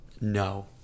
No